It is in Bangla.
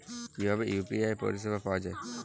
কিভাবে ইউ.পি.আই পরিসেবা পাওয়া য়ায়?